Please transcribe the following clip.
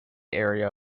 area